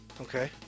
Okay